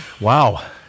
Wow